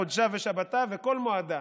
חדשה ושבתה וכל מועדה".